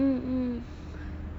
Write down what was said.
mm